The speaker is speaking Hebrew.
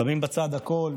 שמים בצד הכול,